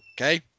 Okay